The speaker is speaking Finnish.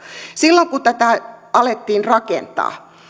silloin kun tätä alettiin rakentaa